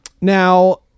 Now